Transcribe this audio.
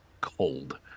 cold